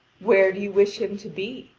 where do you wish him to be?